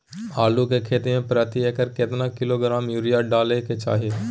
आलू के खेती में प्रति एकर केतना किलोग्राम यूरिया डालय के चाही?